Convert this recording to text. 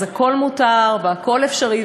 הכול מותר והכול אפשרי,